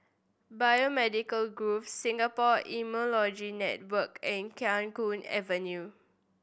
Biomedical Grove Singapore Immunology Network and Khiang Guan Avenue